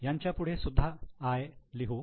यांच्या पुढे सुद्धा 'I' लिहू